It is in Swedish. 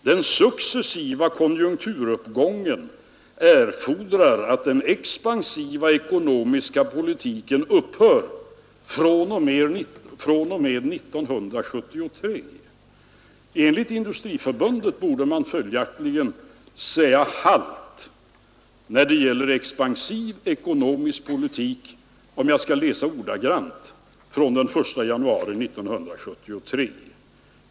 ”Den successiva konjunkturuppgången erfodrar att den expansiva ekonomiska politiken upphör från och med 1973.” Enligt Industriförbundet borde man följaktigen säga halt när det gäller expansiv ekonomisk politik, om jag skall läsa ordagrant, från den 1 januari 1973.